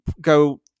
go